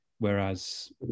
Whereas